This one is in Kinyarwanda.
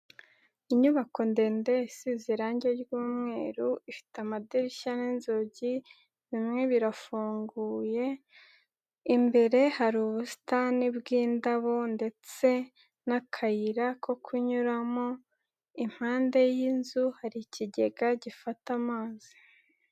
Inyubako ndende isize irangi ry'umweru, ifite amadirishya n'inzugi bimwe birafunguye, imbere hari ubusitani bw'indabo ndetse n'akayira ko kunyuramo, impande y'inzu hari ikigega gifata amazi.